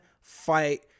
fight